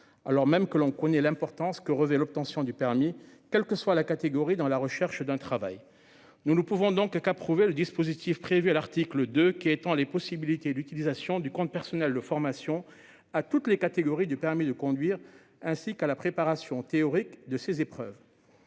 alors même que l'on connaît l'importance que revêt l'obtention du permis, quelle que soit sa catégorie, dans la recherche d'un travail. Nous ne pouvons donc qu'approuver le dispositif prévu à l'article 2, qui étend les possibilités d'utilisation du CPF à toutes les catégories du permis de conduire, ainsi qu'à la préparation théorique de ces épreuves.